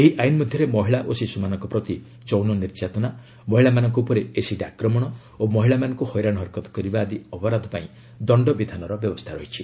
ଏହି ଆଇନ୍ ମଧ୍ୟରେ ମହିଳା ଓ ଶିଶୁମାନଙ୍କ ପ୍ରତି ଯୌନ ନିର୍ଯ୍ୟାତନା ମହିଳାମାନଙ୍କ ଉପରେ ଏସିଡ୍ ଆକ୍ରମଣ ଓ ମହିଳାମାନଙ୍କୁ ହଇରାଣ ହରକତ କରିବା ଆଦି ଅପରାଧ ପାଇଁ ଦଶ୍ଚବିଧାନର ବ୍ୟବସ୍ଥା ରହିଛି